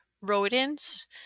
rodents